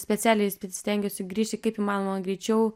specialiai stengiuosi grįžti kaip įmanoma greičiau